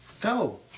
Go